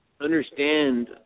understand